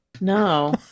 No